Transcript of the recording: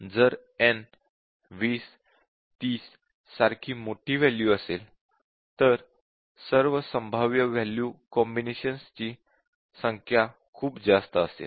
जर n 20 30 सारखी मोठी वॅल्यू असेल तर सर्व संभाव्य वॅल्यू कॉम्बिनेशन्स ची संख्या खूप जास्त असेल